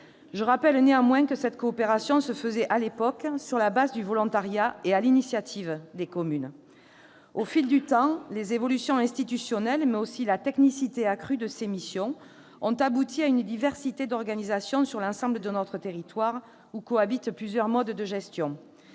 Je rappelle néanmoins que cette coopération se faisait- à l'époque -sur la base du volontariat et sur l'initiative des communes. Au fil du temps, les évolutions institutionnelles, mais aussi la technicité accrue de ces missions, ont abouti à une diversité d'organisation sur l'ensemble de notre territoire où cohabitent plusieurs modes de gestion